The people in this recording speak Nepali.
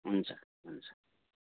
हुन्छ हुन्छ